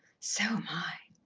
so am i.